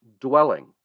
dwelling